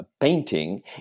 painting